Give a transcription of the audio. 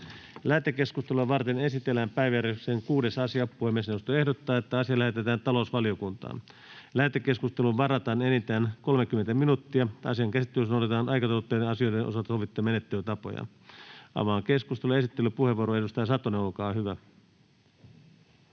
Lähetekeskustelua varten esitellään päiväjärjestyksen 6. asia. Puhemiesneuvosto ehdottaa, että asia lähetetään talousvaliokuntaan. Lähetekeskusteluun varataan enintään 30 minuuttia. Asian käsittelyssä noudatetaan aikataulutettujen asioiden osalta sovittuja menettelytapoja. Avaan keskustelun. — Esittelypuheenvuoro edustaja Satonen, olkaa hyvä.